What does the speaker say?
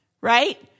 right